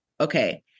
Okay